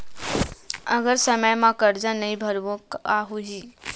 अगर समय मा कर्जा नहीं भरबों का होई?